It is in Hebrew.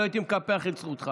לא הייתי מקפח את זכותך.